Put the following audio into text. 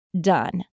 Done